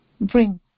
bring